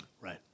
Right